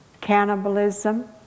cannibalism